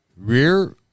Rear